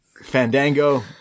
Fandango